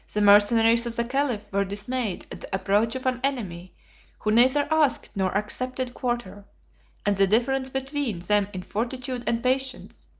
the mercenaries of the caliph were dismayed at the approach of an enemy who neither asked nor accepted quarter and the difference between, them in fortitude and patience,